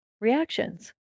reactions